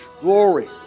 glory